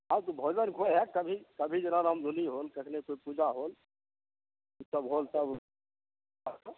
हँ तऽ हइ कभी कभी जेना रामधुनी होल कखनो फेर पूजा होल ई सब होल तब